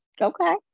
okay